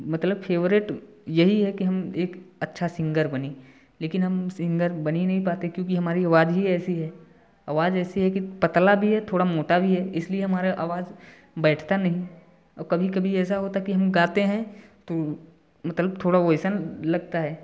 favourite यही है कि हम एक अच्छा सिंगर बने लेकिन हम सिंगर बन ही नहीं पाते क्योंकि हमारी आवाज़ ही ऐसी है आवाज़ ऐसी है कि पतला भी है थोड़ा मोटा भी है इसलिए हमारा आवाज़ बैठता नहीं और कभी कभी ऐसा होता कि हम गाते हैं तो मतलब थोड़ा वह वैसा लगता है